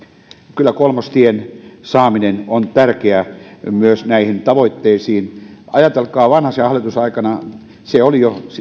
kyllä kolmostien saaminen on tärkeä myös näihin tavoitteisiin ajatelkaa vanhasen hallitusaikana se oli jo